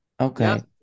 Okay